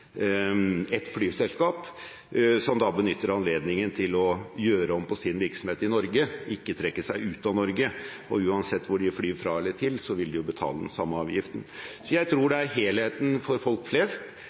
flyselskap, som benytter anledningen til å gjøre om på sin virksomhet i Norge, ikke trekke seg ut av Norge, og uansett hvor de flyr fra eller til, vil de jo betale den samme avgiften. Jeg tror